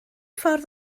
ffordd